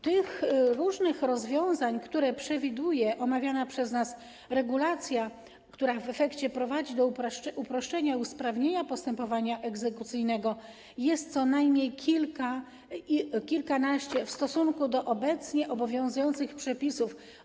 Tych różnych rozwiązań, które przewiduje omawiana przez nas regulacja, która w efekcie prowadzi do uproszczenia i usprawnienia postępowania egzekucyjnego, jest co najmniej kilkanaście w stosunku do obowiązujących przepisów.